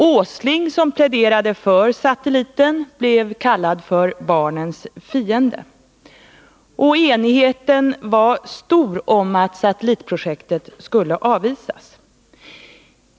Nils Åsling, som pläderade för satelliten, blev kallad för barnens fiende. Enigheten var stor om att satellitprojektet skulle avvisas.